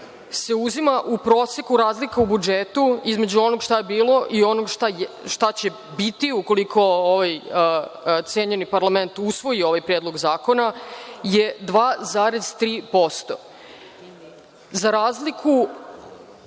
se uzima u proseku razlika u budžetu između onoga što je bilo i onoga šta će biti ukoliko ovaj cenjeni parlament usvoji ovaj Predlog zakona, je 2,3%. Za razliku